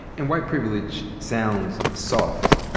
and white privilege sounds soft.